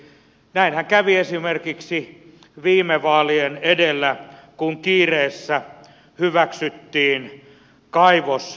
näinhän kävi esimerkiksi viime vaalien edellä kun kiireessä hyväksyttiin kaivoslaki